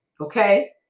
okay